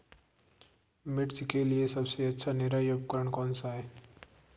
मिर्च के लिए सबसे अच्छा निराई उपकरण कौनसा है?